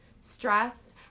Stress